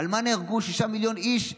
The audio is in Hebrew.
על מה נהרגו שישה מיליון איש?